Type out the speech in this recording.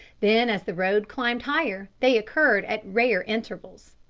then as the road climbed higher, they occurred at rare intervals.